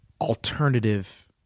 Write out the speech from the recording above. alternative